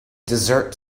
dessert